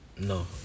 No